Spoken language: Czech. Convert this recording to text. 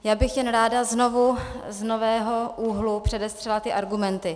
Já bych jen ráda znovu, z nového úhlu předestřela ty argumenty.